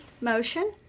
motion